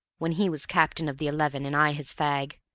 when he was captain of the eleven, and i his fag,